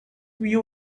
view